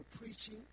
preaching